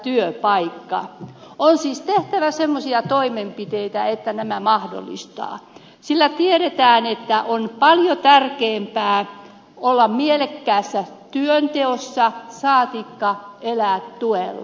on siis tehtävä semmoisia toimenpiteitä että nämä mahdollistetaan sillä tiedetään että on paljon tärkeämpää olla mielekkäässä työnteossa kuin elää tuella